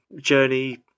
journey